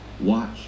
watch